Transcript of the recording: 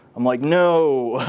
i'm like, no.